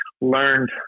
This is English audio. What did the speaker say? learned